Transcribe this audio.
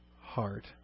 heart